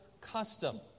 custom